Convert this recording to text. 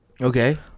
Okay